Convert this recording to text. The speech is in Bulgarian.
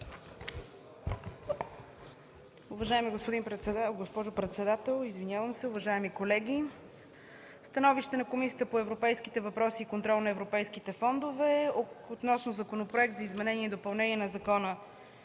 Уважаема госпожо председател, уважаеми колеги! „СТАНОВИЩЕ на Комисията по европейските въпроси и контрол на европейските фондове относно Законопроект за изменение и допълнение на Закона